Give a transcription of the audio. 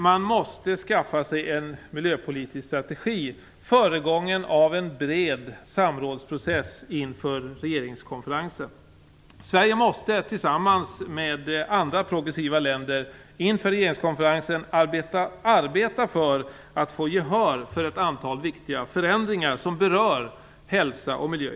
Man måste skaffa sig en miljöpolitisk strategi föregången av en bred samrådsprocess inför regeringskonferensen. Sverige måste tillsammans med andra progressiva länder inför regeringskonferensen arbeta för att få gehör för ett antal viktiga förändringar som berör hälsa och miljö.